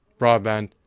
broadband